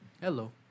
Hello